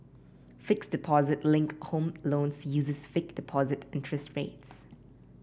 fixed deposit linked home loans uses fixed deposit interest rates